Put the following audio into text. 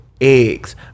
Eggs